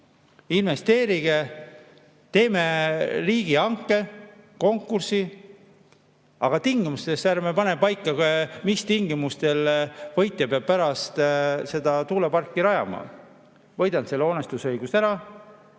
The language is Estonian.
Investeerige, teeme riigihanke, konkursi, aga ärme pane paika, mis tingimustel võitja peab pärast seda tuuleparki rajama. Võidan selle hoonestusõiguse ära,